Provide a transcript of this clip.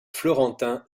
florentin